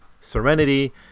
serenity